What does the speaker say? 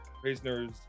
Prisoners